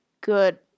good